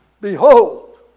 Behold